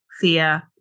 fear